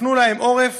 הפנו להן עורף.